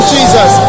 Jesus